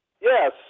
Yes